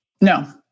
No